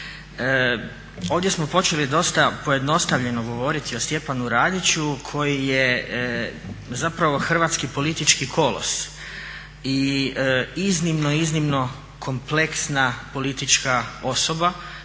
Ovdje smo počeli dosta pojednostavljeno govoriti o Stjepanu Radiću koji je zapravo hrvatski politički kolos i iznimno kompleksna politička osoba